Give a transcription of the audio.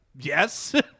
Yes